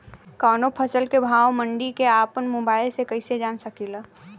कवनो फसल के भाव मंडी के अपना मोबाइल से कइसे जान सकीला?